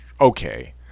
okay